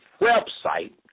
website